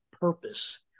purpose